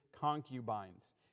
concubines